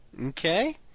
Okay